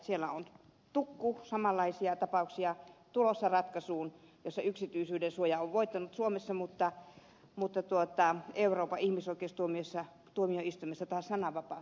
siellä on tukku samanlaisia tapauksia tulossa ratkaisuun jossa yksityisyyden suoja on voittanut suomessa mutta euroopan ihmisoikeustuomioistuimessa taas sananvapaus